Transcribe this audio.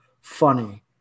funny